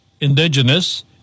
indigenous